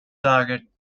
targets